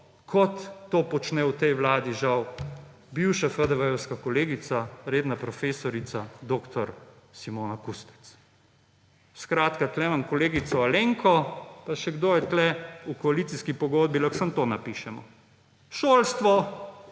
kot to počne v tej vladi žal bivša FDV-jevska kolegica, redna profesorica dr. Simona Kustec. Skratka, tukaj imam kolegice Alenko pa še kdo je tukaj, v koalicijski pogodbi lahko samo to napišemo: šolstvo